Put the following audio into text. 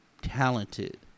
Talented